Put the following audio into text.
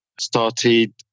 Started